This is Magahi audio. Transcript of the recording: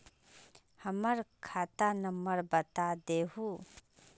हमर खाता नंबर बता देहु?